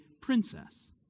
princess